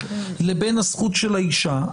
לבין הזכות של האישה,